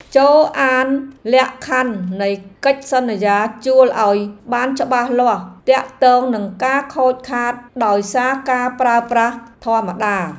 ចូរអានលក្ខខណ្ឌនៃកិច្ចសន្យាជួលឱ្យបានច្បាស់លាស់ទាក់ទងនឹងការខូចខាតដោយសារការប្រើប្រាស់ធម្មតា។